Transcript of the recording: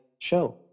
show